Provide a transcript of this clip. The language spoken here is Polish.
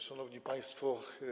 Szanowni Państwo!